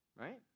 Right